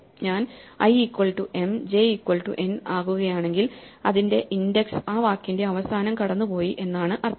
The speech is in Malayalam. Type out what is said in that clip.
ഞാൻ i equal to m j equal to n ആകുകയാണെങ്കിൽ അതിന്റെ ഇൻഡക്സ് ആ വാക്കിന്റെ അവസാനം കടന്നു പോയി എന്നാണ് അർത്ഥം